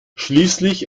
schließlich